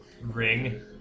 ring